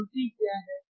यह आवृत्ति क्या है